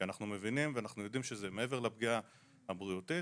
אנחנו מבינים ויודעים שזה מעבר לפגיעה הבריאותית,